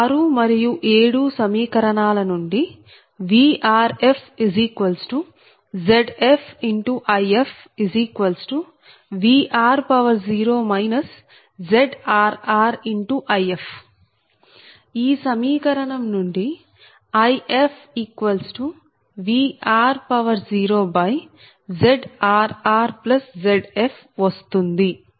6 మరియు 7 సమీకరణాల నుండి VrfZfIfVr0 ZrrIf ఈ సమీకరణం నుండి IfVr0ZrrZf వస్తుంది